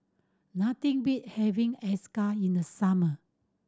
nothing beat having acar in the summer